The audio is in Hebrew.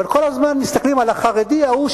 אבל כל הזמן מסתכלים על החרדי ההוא,